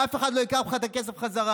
אף אחד לא ייקח ממך את הכסף בחזרה.